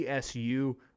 TSU